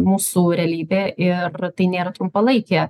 mūsų realybė ir tai nėra trumpalaikė